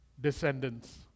descendants